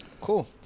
Cool